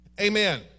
Amen